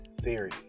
theory